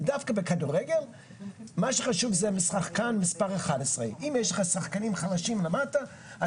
דווקא בכדורגל מה שחשוב זה השחקן מספר 11. אם יש לך שחקנים חלשים למטה,